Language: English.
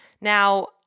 Now